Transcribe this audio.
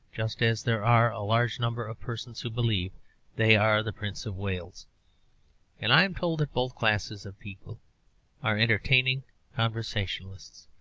just as there are a large number of persons who believe they are the prince of wales and i am told that both classes of people are entertaining conversationalists.